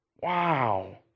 Wow